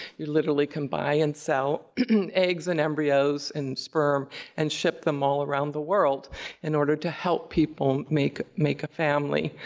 you literally can buy and sell eggs and embryos and sperm and ship them all around the world in order to help people make make a family.